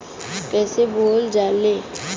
कईसे बोवल जाले?